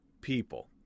people